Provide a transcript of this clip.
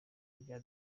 rya